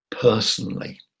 personally